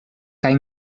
kaj